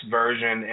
version